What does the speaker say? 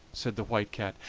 said the white cat,